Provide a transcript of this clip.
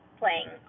playing